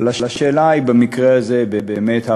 אבל השאלה במקרה זה היא באמת,